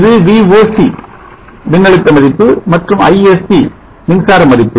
இது Voc மின்னழுத்த மதிப்பு மற்றும் Isc மின்சார மதிப்பு